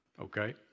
okay